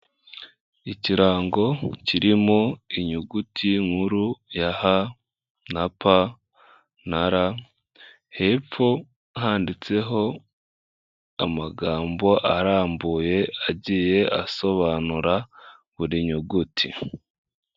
Ikirango kirimo inyuguti nkuru ya h na p na r, hepfo handitseho amagambo arambuye agiye asobanura buri nyuguti.